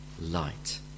light